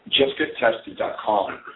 JustGetTested.com